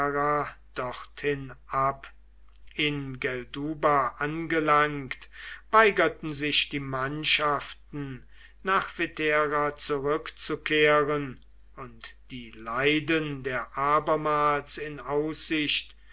dorthin ab in gelduba angelangt weigerten sich die mannschaften nach vetera zurückzukehren und die leiden der abermals in aussicht